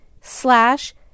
slash